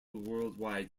worldwide